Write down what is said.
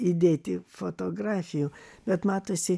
įdėti fotografijų bet matosi